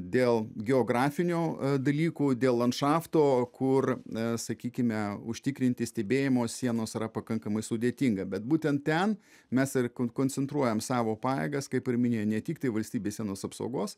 dėl geografinių dalykų dėl landšafto kur na sakykime užtikrinti stebėjimo sienos yra pakankamai sudėtinga bet būtent ten mes ir koncentruojam savo pajėgas kaip ir minėjo ne tik tai valstybės sienos apsaugos